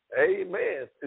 Amen